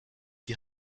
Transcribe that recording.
die